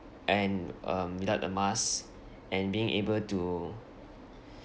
and um without the mask and being able to